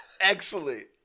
Excellent